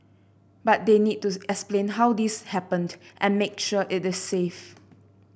but they need to explain how this happened and make sure it is safe